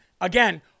Again